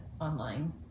online